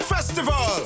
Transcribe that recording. Festival